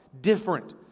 different